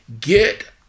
Get